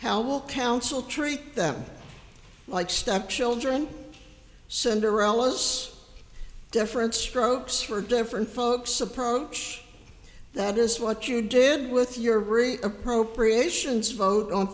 how will council tree them like stepchildren cinderella's different strokes for different folks approach that is what you did with your appropriations vote on